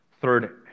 Third